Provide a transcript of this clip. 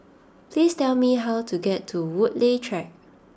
please tell me how to get to Woodleigh Track